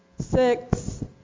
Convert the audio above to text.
Six